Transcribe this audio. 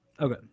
Okay